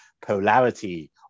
polarity